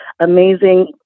amazing